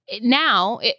Now